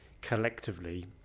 collectively